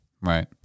Right